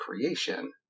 creation